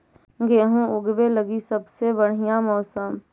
गेहूँ ऊगवे लगी सबसे बढ़िया मौसम?